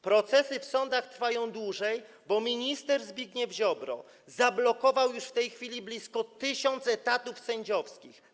Procesy w sądach trwają dłużej, bo minister Zbigniew Ziobro zablokował już w tej chwili blisko tysiąc etatów sędziowskich.